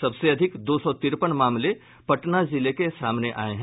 सबसे अधिक दो सौ तिरपन मामले पटना जिले से सामने आये हैं